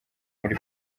muri